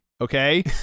Okay